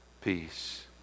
peace